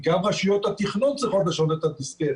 גם רשויות התכנון צריכות לשנות את הדיסקט.